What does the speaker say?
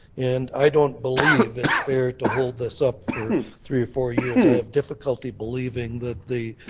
and i don't believe it's fair to hold this up for three or four years. i have difficulty believing that the